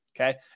okay